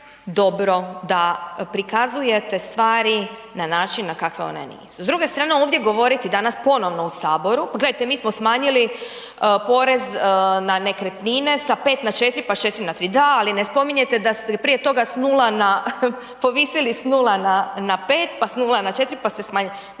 da prikazujete stvari na način na kakve one nisu. S druge strane ovdje govoriti danas ponovno u Saboru, gledajte, mi smo smanjili porez na nekretnine sa 5 na 4, pa s 4 na 3, da ali ne spominjete da ste prije toga povisili s 0 na 5 pa s 0 na 4 pa s te smanjili.